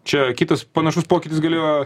čia kitas panašus pokytis galėjo